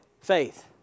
Faith